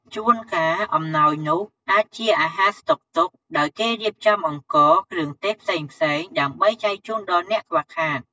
ជូនកាលអំណោយនោះអាចជាអាហារស្តុកទុក ដោយគេរៀបចំអង្ករ គ្រឿងទេសផ្សេងៗ ដើម្បីចែកជូនដល់អ្នកខ្វះខាត។